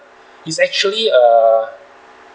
he's actually a